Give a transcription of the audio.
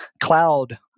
cloud